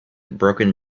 broken